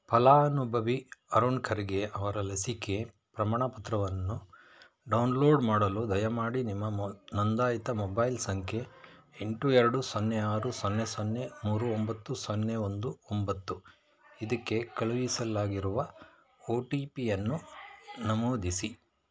ಫಲಾನುಭವಿ ಅರುಣ್ ಖರ್ಗೆ ಅವರ ಲಸಿಕೆ ಪ್ರಮಾಣಪತ್ರವನ್ನು ಡೌನ್ಲೋಡ್ ಮಾಡಲು ದಯಮಾಡಿ ನಿಮ್ಮ ಮೊ ನೋಂದಾಯಿತ ಮೊಬೈಲ್ ಸಂಖ್ಯೆ ಎಂಟು ಎರಡು ಸೊನ್ನೆ ಆರು ಸೊನ್ನೆ ಸೊನ್ನೆ ಮೂರು ಒಂಬತ್ತು ಸೊನ್ನೆ ಒಂದು ಒಂಬತ್ತು ಇದಕ್ಕೆ ಕಳುಹಿಸಲಾಗಿರುವ ಒ ಟಿ ಪಿಯನ್ನು ನಮೂದಿಸಿ